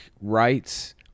rights